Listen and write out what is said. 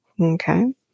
Okay